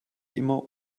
immer